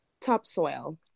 topsoil